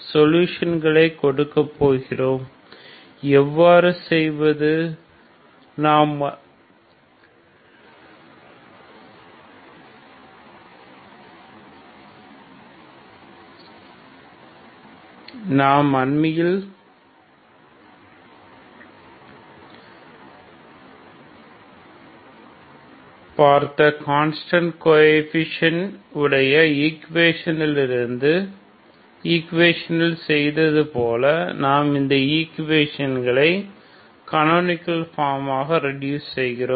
solution களை கொடுக்க போகிறோம் எவ்வாறு செய்வது நாம் அண்மையில் பார்த்த கான்ஸ்டன்ட் கோஎஃபீஷியன்ட் உடைய ஈக்குவேஷனில் செய்தது போல நாம் இந்த ஈக்குவேஷனை கனோனிகள் ஃபார்ம் ஆக ரெடூஸ் செய்கிறோம்